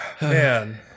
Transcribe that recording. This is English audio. Man